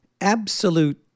absolute